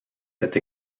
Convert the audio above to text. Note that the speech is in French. cette